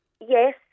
Yes